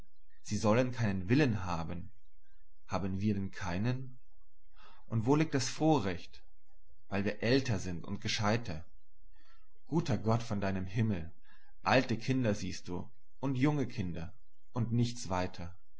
sie sollen keinen willen haben haben wir denn keinen und wo liegt das vorrecht weil wir älter sind und gescheiter guter gott von deinem himmel alte kinder siehst du und junge kinder und nichts weiter